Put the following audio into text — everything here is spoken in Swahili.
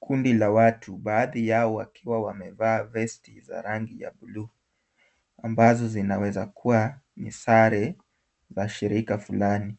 Kundi la watu, baadhi yao wakiwa wamevaa vesti za rangi ya blue , ambazo zinaweza kuwa ni sare za shirika fulani.